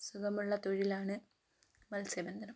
സുഖമുള്ള തൊഴിലാണ് മത്സ്യബന്ധനം